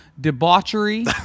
debauchery